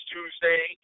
Tuesday